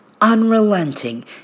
Unrelenting